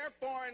foreign